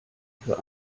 für